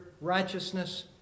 righteousness